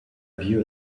view